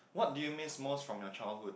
what do you miss most from your childhood